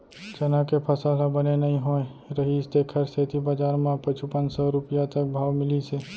चना के फसल ह बने नइ होए रहिस तेखर सेती बजार म पचुपन सव रूपिया तक भाव मिलिस हे